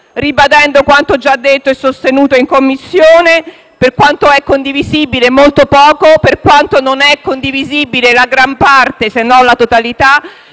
ribadendo quanto già sostenuto in Commissione per quanto è condivisibile (molto poco) e per quanto non è condivisibile (la gran parte, se non la totalità).